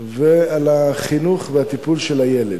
ועל החינוך והטיפול של הילד.